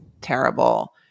terrible